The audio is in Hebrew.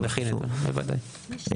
בוודאי.